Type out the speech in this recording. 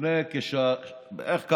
לפי כשעה בערך,